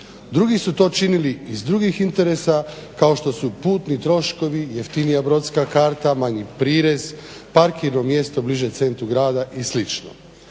Drugi su to činili iz drugih interesa kao što su putni troškovi i jeftinija brodska karta, manji prirez, parkirno mjesto bliže centru grada i